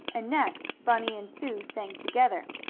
and next bunny and sue sang together.